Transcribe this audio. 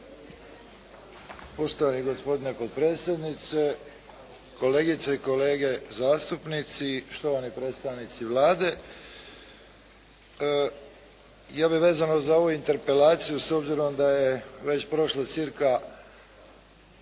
Poštovani gospodine potpredsjedniče, kolegice i kolege zastupnici, štovani predstavnici Vlade. Ja bih vezano za ovu interpelaciju s obzirom da je već prošlo cirka